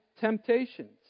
temptations